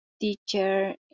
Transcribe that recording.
teacher